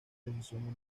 decisión